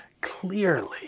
clearly